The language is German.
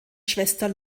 schwester